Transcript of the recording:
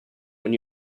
when